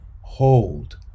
Hold